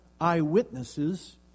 eyewitnesses